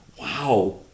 Wow